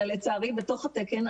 אלא לצערי בתוך התקן,